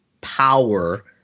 power